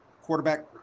quarterback